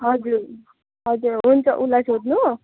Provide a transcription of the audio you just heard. हजुर हजुर हुन्छ उसलाई सोध्नु